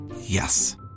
Yes